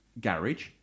garage